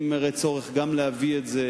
אני עמדתי בפני